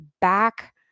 back